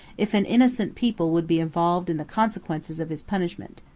if an innocent people would be involved in the consequences of his punishment.